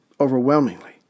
Overwhelmingly